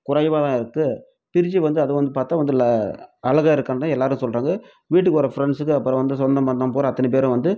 குறைவாக இருக்குது ஃபிரிட்ஜ் வந்து அதுவந்து பாத்தால் வந்து ல அழகாக இருக்குதுன்னு தான் எல்லாரும் சொல்கிறாங்க வீட்டுக்கு வர ஃப்ரண்ட்ஸுங்க அப்புறம் வந்து சொந்தபந்தம் பூராக அத்தனி பேரும் வந்து